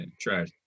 trash